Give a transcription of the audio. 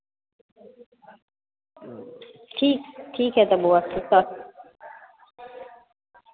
ठीक ठीक है तो बउआ के सट